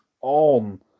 on